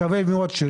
אני מקווה שלא.